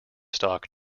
stalk